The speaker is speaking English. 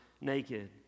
naked